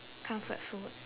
comfort food